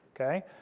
Okay